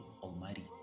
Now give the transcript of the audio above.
almighty